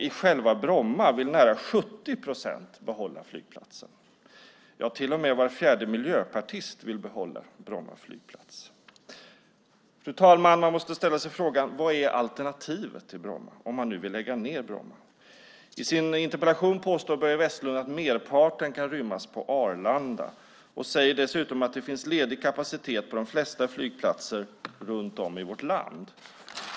I själva Bromma vill nära 70 procent behålla den. Till och med var fjärde miljöpartist vill behålla Bromma flygplats. Fru talman! Man måste ställa sig frågan vad alternativet till Bromma är, om man nu vill lägga ned Bromma. I sin interpellation påstår Börje Vestlund att merparten kan rymmas på Arlanda och säger dessutom att det finns ledig kapacitet på de flesta flygplatser runt om i vårt land.